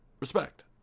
respect